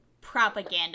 propaganda